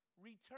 return